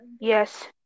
Yes